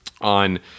on